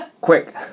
quick